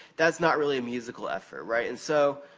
that's not really a musical effort, right? and, so,